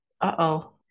Uh-oh